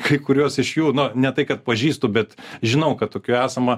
kai kuriuos iš jų na ne tai kad pažįstu bet žinau kad tokių esama